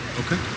Okay